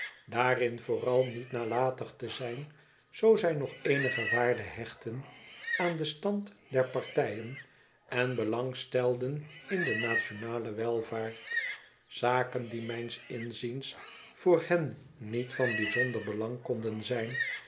daarin vooral niet nalatig te zijn zoo zij nog eenige waarde hechtten aan den stand der partijen en belang stelden in de nationale welvaart zaken die mijns inziens voor hen niet van bijzonder belang konden zijn